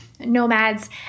nomads